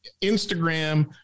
instagram